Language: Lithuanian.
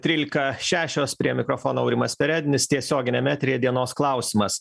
trylika šešios prie mikrofono aurimas perednis tiesioginiam eteryje dienos klausimas